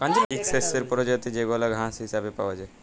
ইক শস্যের পরজাতি যেগলা ঘাঁস হিছাবে পাউয়া যায়